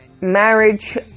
marriage